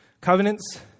covenants